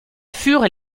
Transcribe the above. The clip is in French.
furent